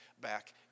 back